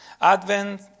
Advent